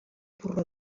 porró